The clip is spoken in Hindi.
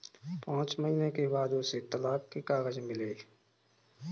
पांच महीने के बाद उसे तलाक के कागज मिले